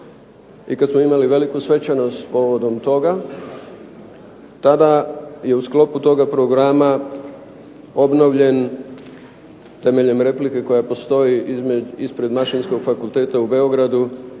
i kad smo imali veliku svečanost povodom toga tada je u sklopu toga programa obnovljen temeljem replike koja postoji ispred Mašinskog fakulteta u Beogradu